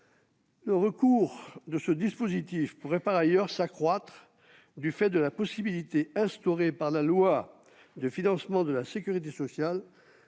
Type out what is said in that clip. Le recours à ce dispositif pourrait par ailleurs s'accroître du fait de la possibilité instaurée par la loi de financement de la sécurité sociale